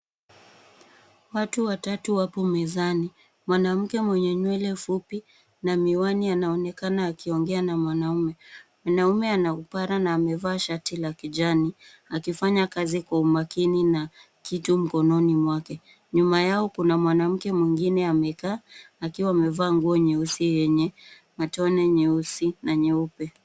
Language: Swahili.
Watu watatu wapo mezani. Mwanamke mwenye nywele fupi na miwani anaonekana akiongea na mwanume. Mwanaume ana upara na amevaa shati la kijani akifanya kazi kwa umakini na kitu mkononi mwake. Nyuma yao kuna mwanamke mwingine amekaa akiwa amevaa nguo nyeusi yenye matone nyeusi na nyeupe.